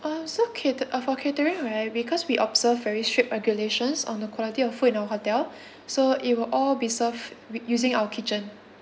uh so cate~ uh for catering right because we observed very strict regulations on the quality of food in our hotel so it will all be served wi~ using our kitchen